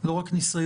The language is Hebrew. לא רק ניסיון,